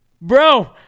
Bro